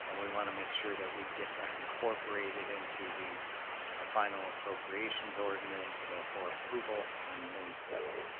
ah we want to make sure that we get them incorporated into the ah final appropriations ordinance for approval on may seventh